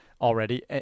Already